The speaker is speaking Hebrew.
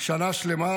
שנה שלמה,